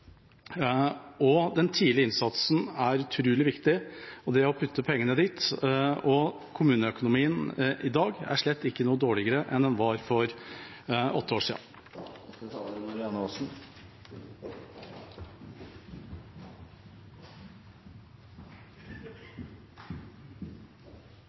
framtida. Den tidlige innsatsen, og det å putte pengene dit, er utrolig viktig. Og kommuneøkonomien i dag er slett ikke noe dårligere enn den var for åtte år